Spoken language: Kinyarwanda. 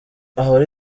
ahora